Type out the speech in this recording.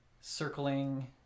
circling